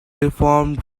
deformed